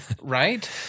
Right